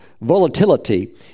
volatility